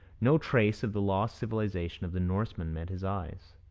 no trace of the lost civilization of the norsemen met his eyes.